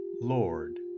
Lord